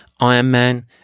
Ironman